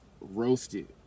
roasted